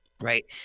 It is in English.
right